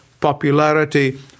popularity